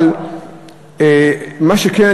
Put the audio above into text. אבל מה שכן,